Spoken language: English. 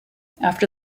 after